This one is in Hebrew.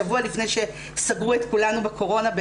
שבוע לפני שסגרו את כולנו בקורונה,